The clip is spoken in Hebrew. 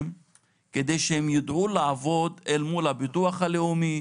הנושא הזה שמצד אחד יש מיזם לביטחון תזונתי,